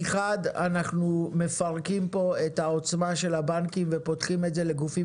מחד אנחנו מפרקים כאן את העוצמה של הבנקים ופותחים את זה לגופים